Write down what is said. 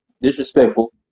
disrespectful